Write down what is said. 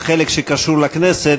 לחלק שקשור לכנסת.